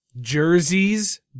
Jerseys